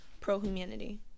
Pro-humanity